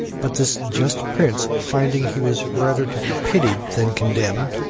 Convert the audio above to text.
but this just prince, finding he was rather to be pitied than condemned,